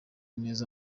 neza